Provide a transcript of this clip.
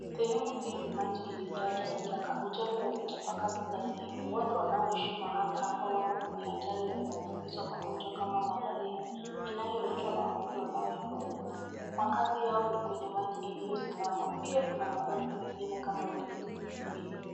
Sehemu hii ni maji iliyojaa takataka. Uchafu umetapakaa kila sehemu. Watu wanaoishi mahala hapa wamo kwenye hatari ya kuambukizwa magonjwa kama malaria inayoletwa na wadudu wanaoitwa mbu. Makaazi yao ni kwenye maji iliyosimama. Pia kuna maradhi mengine kama vile kipindupindu.